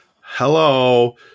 hello